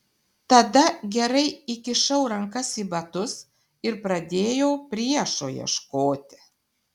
tada gerai įkišau rankas į batus ir pradėjau priešo ieškoti